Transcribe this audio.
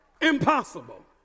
Impossible